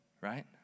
right